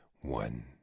One